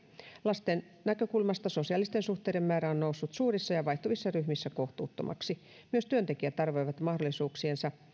lasten näkökulmasta sosiaalisten suhteiden määrä on noussut suurissa ja vaihtuvissa ryhmissä kohtuuttomaksi myös työntekijät arvioivat mahdollisuuksiensa